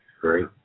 Great